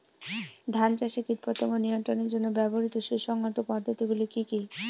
ধান চাষে কীটপতঙ্গ নিয়ন্ত্রণের জন্য ব্যবহৃত সুসংহত পদ্ধতিগুলি কি কি?